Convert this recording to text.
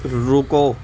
رکو